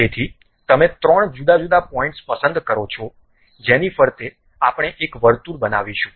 તેથી તમે ત્રણ જુદા જુદા પોઇન્ટ્સ પસંદ કરો છો જેની ફરતે આપણે એક વર્તુળ બનાવીશું